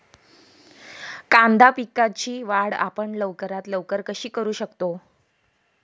कांदा पिकाची वाढ आपण लवकरात लवकर कशी करू शकतो?